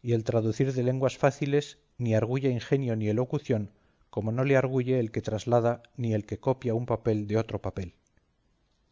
y el traducir de lenguas fáciles ni arguye ingenio ni elocución como no le arguye el que traslada ni el que copia un papel de otro papel